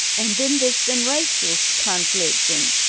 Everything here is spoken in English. and then there's been racial conflict and,